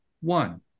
one